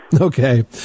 Okay